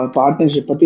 partnership